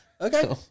Okay